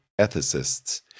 ethicists